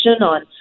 on